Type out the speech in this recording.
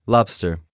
Lobster